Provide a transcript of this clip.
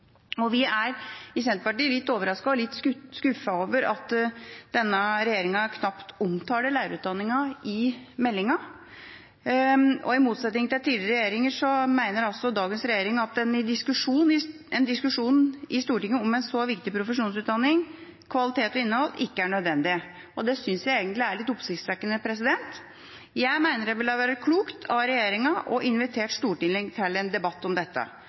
til høsten. Vi i Senterpartiet er litt overrasket og litt skuffet over at denne regjeringa knapt omtaler lærerutdanningen i meldinga. I motsetning til tidligere regjeringer mener altså dagens regjering at en diskusjon i Stortinget om en så viktig profesjonsutdanning, kvalitet og innhold, ikke er nødvendig. Det synes jeg egentlig er litt oppsiktsvekkende. Jeg mener det ville vært klokt av regjeringa å invitere Stortinget til en debatt om dette.